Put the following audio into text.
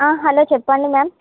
hello చెప్పండి ma'am